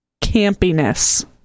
campiness